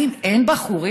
האם הן בחורילות?